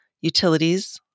utilities